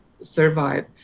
survive